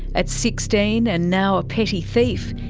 at sixteen and now a petty thief,